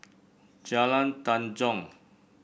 Jalan Tanjong